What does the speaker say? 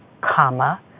comma